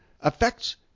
affects